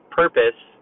purpose